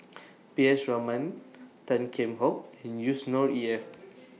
P S Raman Tan Kheam Hock and Yusnor Ef